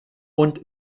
und